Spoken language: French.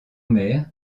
mer